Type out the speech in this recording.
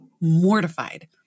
mortified